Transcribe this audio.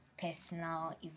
personal